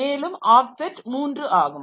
மேலும் ஆப்செட் 3 ஆகும்